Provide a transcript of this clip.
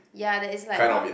ya that it's like not